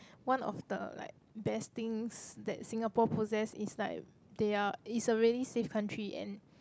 one of the like best things that Singapore possess is like they are is a really safe country and